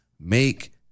make